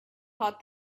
thought